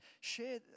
share